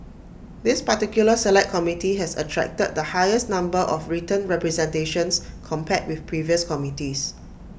this particular Select Committee has attracted the highest number of written representations compared with previous committees